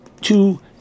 two